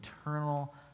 eternal